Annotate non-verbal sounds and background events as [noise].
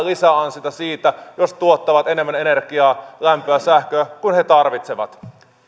[unintelligible] lisäansiota siitä jos tuottavat enemmän energiaa lämpöä sähköä kuin he tarvitsevat